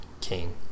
King